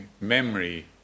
Memory